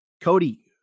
Cody